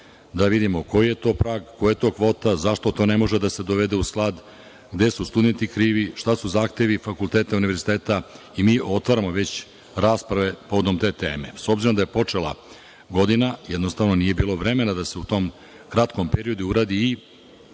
da vidimo koji je to prag, koja je to kvota, zašto to ne može da se dovede u sklad, gde su studenti krivi, šta su zahtevi fakulteta i univerziteta i mi otvaramo već rasprave povodom te teme. S obzirom da je počela godina, jednostavno nije bilo vremena da se u tom kratkom periodu uradi i